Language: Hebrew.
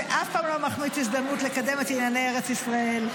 שאף פעם לא מחמיץ הזדמנות לקדם את ענייני ארץ ישראל.